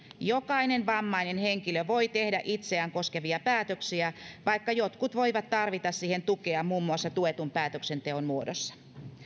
jokainen vammainen henkilö voi tehdä itseään koskevia päätöksiä vaikka jotkut voivat tarvita siihen tukea muun muassa tuetun päätöksenteon muodossa